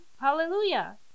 Hallelujah